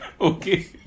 Okay